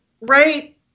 right